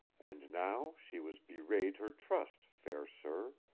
and now she was bewrayed her trust, fair sir,